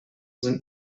sind